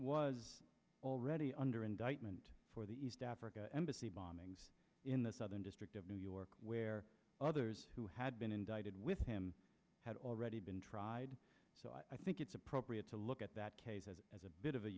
was already under indictment for the east africa embassy bombings in the southern district of new york where others who had been indicted with him had already been tried so i think it's appropriate to look at that as a bit of a